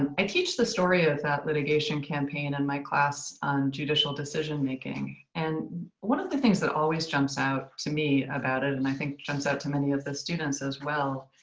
and i teach the story of that litigation campaign in and my class on judicial decision-making. and one of the things that always jumps out to me about it, and i think jumps out to many of the students as well,